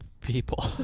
people